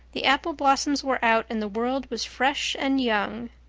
the apple blossoms were out and the world was fresh and young.